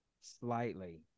slightly